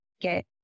get